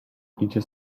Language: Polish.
idzie